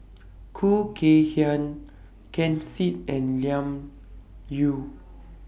Khoo Kay Hian Ken Seet and Lim Yau